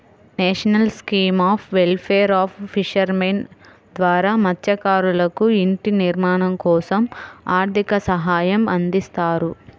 national scheme of welfare of fishermen ద్వారా మత్స్యకారులకు ఇంటి నిర్మాణం కోసం ఆర్థిక సహాయం అందిస్తారు